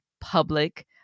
public